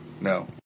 No